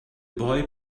boy